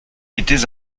étais